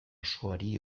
osoari